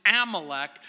Amalek